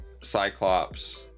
Cyclops